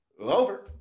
Over